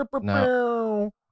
No